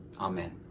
Amen